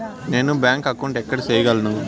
నేను bank account ఎక్కడ సేయగలను